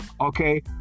Okay